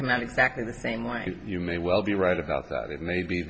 come out exactly the same way you may well be right about that it may be